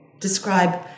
describe